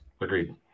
agreed